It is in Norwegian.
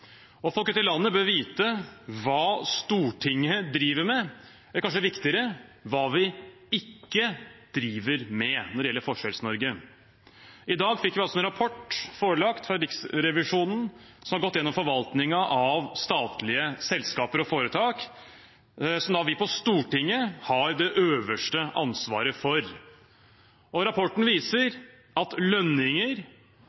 i landet bør vite hva Stortinget driver med, eller kanskje viktigere hva vi ikke driver med, når det gjelder Forskjells-Norge. I dag fikk vi en rapport forelagt fra Riksrevisjonen, som har gått gjennom forvaltningen av statlige selskaper og foretak som vi på Stortinget har det øverste ansvaret for. Rapporten